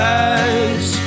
eyes